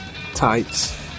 tights